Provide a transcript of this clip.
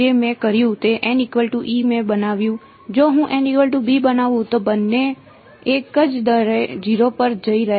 તેથી અમે જોયું કે જો આ 2 અલગ અલગ દરો પર આવી રહ્યા છે તો તમને આ લોગ અહીં જોવા માટે મળ્યો છે તેવી જ રીતે જો હું કોઈ ટર્મ બનાવું તો મને ત્યાં લોગ 3 મળશે